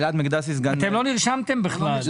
אתם לא נרשמתם בכלל.